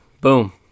boom